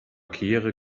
kehre